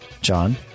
john